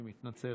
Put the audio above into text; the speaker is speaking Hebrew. אני מתנצל.